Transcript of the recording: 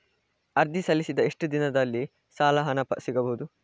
ಅರ್ಜಿ ಸಲ್ಲಿಸಿದ ಎಷ್ಟು ದಿನದಲ್ಲಿ ಸಾಲದ ಹಣ ಸಿಗಬಹುದು?